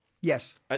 Yes